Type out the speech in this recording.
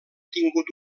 tingut